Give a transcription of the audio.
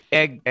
egg